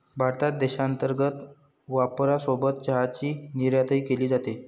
भारतात देशांतर्गत वापरासोबत चहाची निर्यातही केली जाते